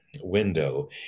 window